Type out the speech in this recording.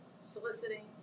soliciting